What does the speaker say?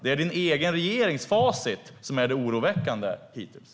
Det är din egen regerings facit som är det oroväckande hittills.